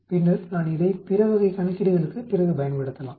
பின்னர் நான் இதைப் பிற வகை கணக்கீடுகளுக்கு பிறகு பயன்படுத்தலாம்